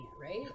right